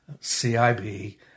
CIB